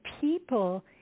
people